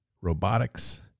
robotics